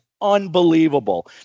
unbelievable